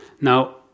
Now